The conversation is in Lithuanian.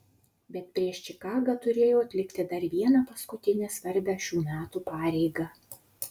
bet prieš čikagą turėjau atlikti dar vieną paskutinę svarbią šių metų pareigą